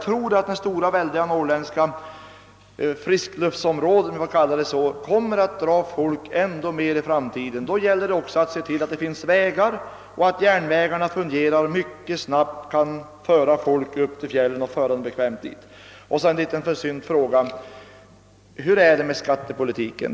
även det stora norrländska friskluftsområdet — om jag får kalla det så — tror jag i framtiden kommer att locka många människor, och då gäller det att se till att vi har vägar och att järnvägarna fungerar och mycket snabbt och bekvämt kan forsla människorna till fjällen. Slutligen en liten försynt fråga: Hur är det med skattepolitiken?